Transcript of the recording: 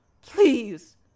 Please